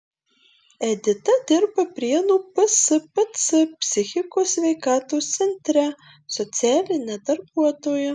edita dirba prienų pspc psichikos sveikatos centre socialine darbuotoja